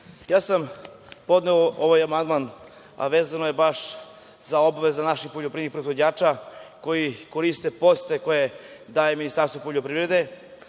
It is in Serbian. se. Ja sam podneo ovaj amandman a vezano za obaveze naših poljoprivrednih proizvođača koji koriste podsticaje koje daje Ministarstvo poljoprivrede